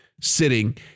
sitting